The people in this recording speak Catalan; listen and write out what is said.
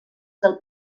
del